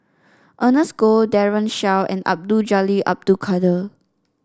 Ernest Goh Daren Shiau and Abdul Jalil Abdul Kadir